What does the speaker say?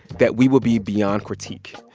that we would be beyond critique.